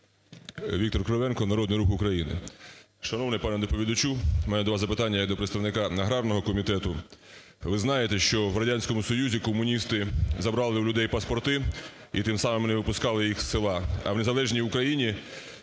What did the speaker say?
Віктор Кривенко, Народний Рух України.